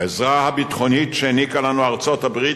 העזרה הביטחונית שהעניקה לנו ארצות-הברית